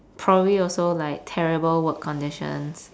probably also like terrible work conditions